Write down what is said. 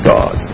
God